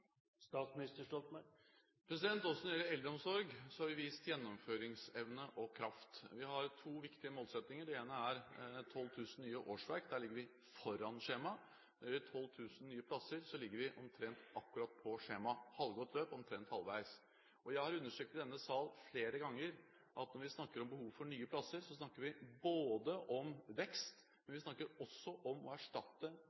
Også når det gjelder eldreomsorg, har vi vist gjennomføringsevne og kraft. Vi har to viktige målsettinger. Den ene er 12 000 nye årsverk – der ligger vi foran skjema. Når det gjelder 12 000 nye plasser, ligger vi omtrent akkurat på skjema. Halvgått løp – omtrent halvveis. Jeg har understreket i denne salen flere ganger at når vi snakker om behov for nye plasser, snakker vi om vekst, men